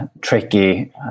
tricky